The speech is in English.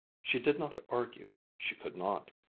she did not argue she could not.